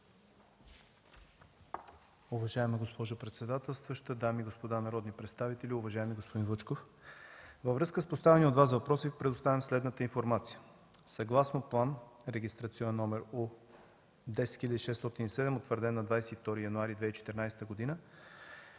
Уважаема госпожо председателстваща, уважаеми дами и господа народни представители, уважаеми господин Вучков! Във връзка с предоставения от Вас въпрос Ви предоставям следната информация. Съгласно план с регистрационен № У10607, утвърден на 22 януари 2014 г.,